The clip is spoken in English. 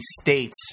states